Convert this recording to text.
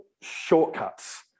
shortcuts